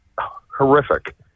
horrific